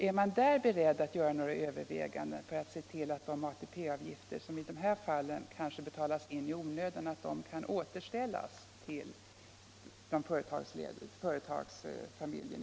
Är finansministern beredd att göra några överväganden för att se till att de ATP-avgifter som kanske betalas in i onödan i sådana 'fall kan återställas till familjen?